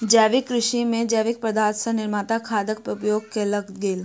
जैविक कृषि में जैविक पदार्थ सॅ निर्मित खादक उपयोग कयल गेल